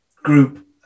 group